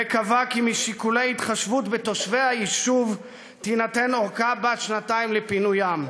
וקבע כי משיקולי התחשבות בתושבי היישוב תינתן ארכה בת שנתיים לפינוים.